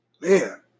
man